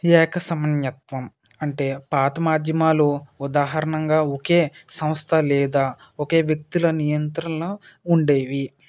ఏక సమన్యత్వం అంటే పాత మాధ్యమాలు ఉదాహరణంగా ఒకే సంస్థ లేదా ఒకే వ్యక్తుల నియంత్రణలో ఉండేవి